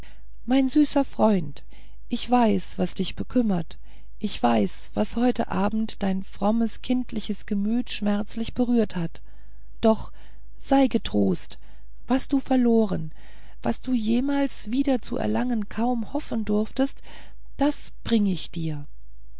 mein süßer freund ich weiß was dich bekümmert ich weiß was heute abend dein frommes kindliches gemüt schmerzlich berührt hat doch sei getrost was du verloren was du jemals wieder zu erlangen kaum hoffen durftest das bring ich dir